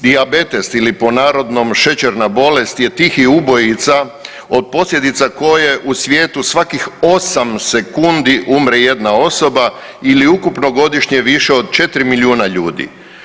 Dijabetes ili po narodnom šećerna bolest je tihi ubojica od posljedica koje u svijetu svakih 8 sekundi umre jedna osoba ili ukupno godišnje više od 4 milijuna ljudi.